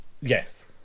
yes